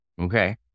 Okay